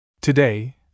Today